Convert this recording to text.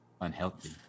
unhealthy